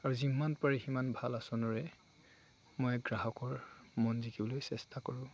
আৰু যিমান পাৰি সিমান ভাল আচৰণৰে মই গ্ৰাহকৰ মন জিকিবলৈ চেষ্টা কৰোঁ